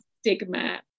stigma